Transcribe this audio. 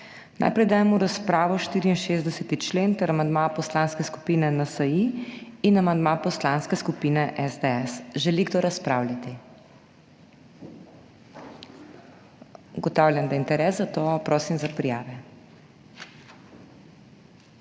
Najprej dajem v razpravo 64. člen ter amandma Poslanske skupine NSi in amandma Poslanske skupine SDS. Želi kdo razpravljati? Ugotavljam, da je interes, zato prosim za prijave.